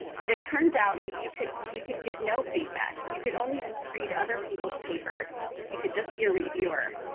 but it turns out that you could you could get no feedback, you could only read other people's papers, you could just be a reviewer,